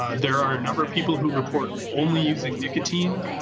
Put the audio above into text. ah there are a number of people who report only using nicotine.